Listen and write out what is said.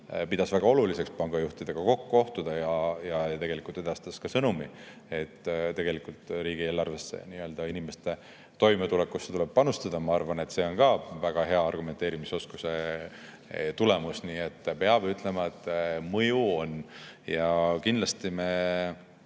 pidas väga oluliseks pangajuhtidega kohtuda ja edastas ka sõnumi, et tegelikult riigieelarvesse ja inimeste toimetulekusse tuleb panustada. Ma arvan, et see on ka väga hea argumenteerimisoskuse tulemus. Nii et peab ütlema, et mõju on. Kindlasti me